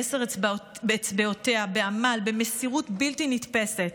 בעשר אצבעותיה, בעמל, במסירות בלתי נתפסת,